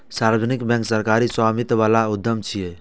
सार्वजनिक बैंक सरकारी स्वामित्व बला उद्यम छियै